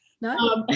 No